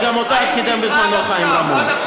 שגם אותה קידם בזמנו חיים רמון.